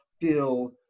feel